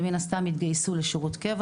ומן הסתם התגייסו לשירות קבע.